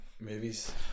Movies